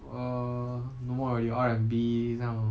err no more already R&B 这样 lor